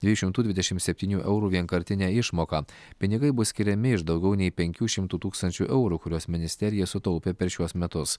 dviejų šimtų dvidešim septynių eurų vienkartinę išmoką pinigai bus skiriami iš daugiau nei penkių šimtų tūkstančių eurų kuriuos ministerija sutaupė per šiuos metus